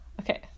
Okay